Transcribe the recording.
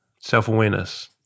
Self-awareness